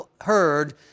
heard